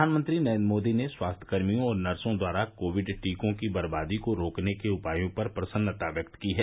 प्रधानमंत्री नरेन्द्र मोदी ने स्वास्थ्यकर्मियों और नर्सों द्वारा कोविड टीकों की बर्बादी को रोकने के उपायों पर प्रसन्नता व्यक्त की है